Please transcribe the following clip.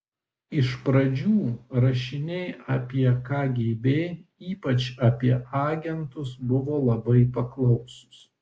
iš pradžių rašiniai apie kgb ypač apie agentus buvo labai paklausūs